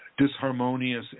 disharmonious